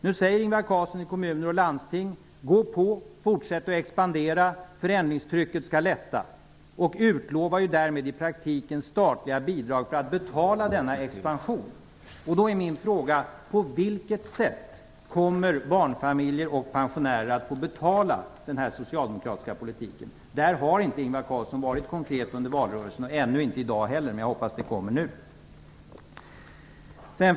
Nu säger Ingvar Carlsson i kommuner och landsting: Gå på! Fortsätt att expandera! Förändringstrycket skall lätta. Han utlovar därmed i praktiken statliga bidrag för att betala denna expansion. Då är min fråga: På vilket sätt kommer barnfamiljer och pensionärer att få betala den här socialdemokratiska politiken? Där har Ingvar Carlsson inte varit konkret under valrörelsen och inte i dag heller. Jag hoppas att det kommer besked nu.